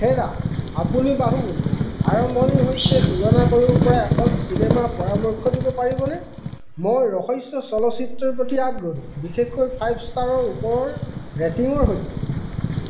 হেৰা আপুনি বাহুবলী আৰম্ভণিৰ সৈতে তুলনা কৰিবপৰা এখন চিনেমাৰ পৰামৰ্শ দিব পাৰিবনে মই ৰহস্য চলচ্চিত্ৰৰ প্ৰতি আগ্ৰহী বিশেষকৈ ফাইভ ষ্টাৰৰ ওপৰৰ ৰেটিঙৰ সৈতে